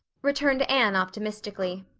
returned anne optimistically.